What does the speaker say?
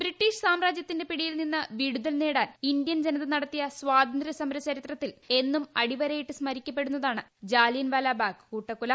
British സാമ്രാജ്യത്തിന്റെ പിടിയിൽ നിന്ന് വിടുതൽ നേടാൻ ഇന്ത്യൻ ജനത നടത്തിയ സ്വാതന്ത്ര്യസമര ചരിത്രത്തിൽ എന്നും അടിവരയിട്ട് സമരിക്കപ്പെടുന്നതാണ് ജാലിയൻവാലാ ബാഗ് കൂട്ടക്കൊല